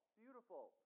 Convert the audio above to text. beautiful